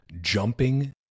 jumping